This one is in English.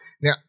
Now